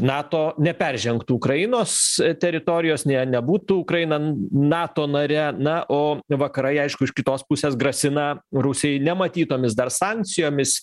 nato neperžengtų ukrainos teritorijos ne nebūtų ukraina nato nare na o vakarai aišku iš kitos pusės grasina rusijai nematytomis dar sankcijomis